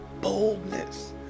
Boldness